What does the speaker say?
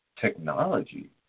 technology